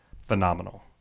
phenomenal